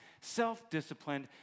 self-disciplined